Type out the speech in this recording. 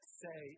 say